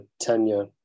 tenure